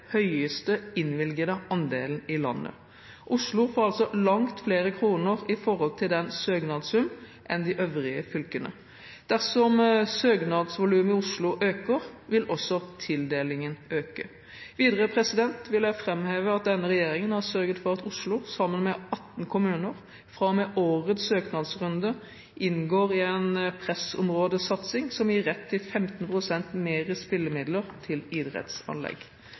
høyeste innvilgede andelen i landet. Oslo får altså langt flere kroner i forhold til søknadssum enn de øvrige fylkene. Dersom søknadsvolumet i Oslo øker, vil også tildelingen øke. Videre vil jeg framheve at denne regjeringen har sørget for at Oslo, sammen med 18 andre kommuner, fra og med årets søknadsrunde inngår i en pressområdesatsing som gir rett til 15 pst. mer i spillemidler til idrettsanlegg.